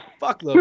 Fuck